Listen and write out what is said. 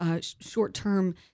Short-term